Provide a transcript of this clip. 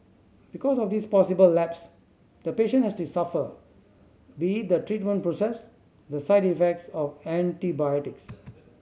because of this possible lapse the patient has to suffer be it the treatment process the side effects of antibiotics